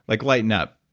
like lighten up.